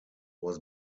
was